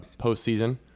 postseason